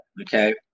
okay